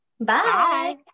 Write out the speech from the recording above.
Bye